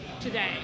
today